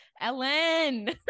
Ellen